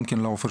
גם כן לאופר,